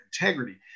integrity